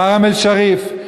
חרם אל-שריף.